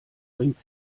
bringt